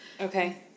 Okay